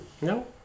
No